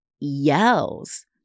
yells